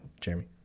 Jeremy